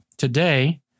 Today